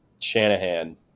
Shanahan